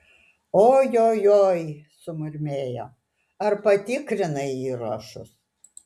ojojoi sumurmėjo ar patikrinai įrašus